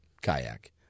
Kayak